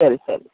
ಸರಿ ಸರಿ